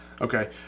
Okay